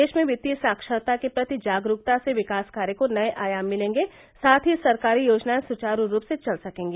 देश में वित्तीय साक्षरता के प्रति जागरूकता से विकास कार्य को नये आयाम मिलेंगे साथ ही सरकारी योजनायें सुचारू रूप से चल सकेंगी